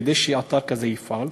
כדי שאתר כזה יפעל,